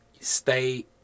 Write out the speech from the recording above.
stay